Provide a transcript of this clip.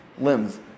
limbs